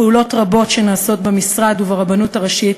פעולות רבות שנעשות במשרד וברבנות הראשית,